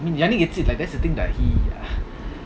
I mean ya ning gets it like that's the thing lah he